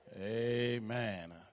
Amen